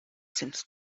seemed